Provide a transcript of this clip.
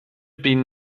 bin